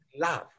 love